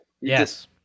yes